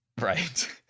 Right